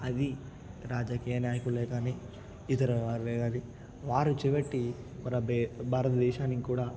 అది రాజకీయ నాయకులే గానీ ఇతర వేరే వాళ్ళు వారు చేయబట్టి మన భారతదేశానికి కూడా